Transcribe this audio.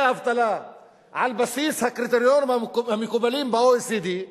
האבטלה על בסיס הקריטריונים המקובלים ב-OECD,